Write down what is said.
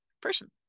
person